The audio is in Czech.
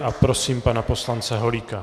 A prosím pana poslance Holíka.